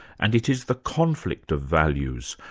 and it is the conflict of values,